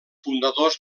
fundadors